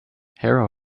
harrow